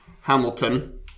Hamilton